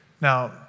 Now